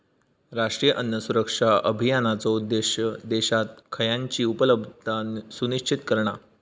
राष्ट्रीय अन्न सुरक्षा अभियानाचो उद्देश्य देशात खयानची उपलब्धता सुनिश्चित करणा